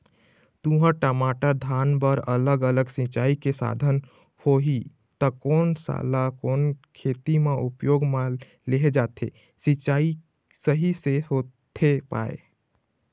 तुंहर, टमाटर, धान बर अलग अलग सिचाई के साधन होही ता कोन सा ला कोन खेती मा उपयोग मा लेहे जाथे, सिचाई सही से होथे पाए?